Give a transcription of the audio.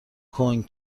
کنگ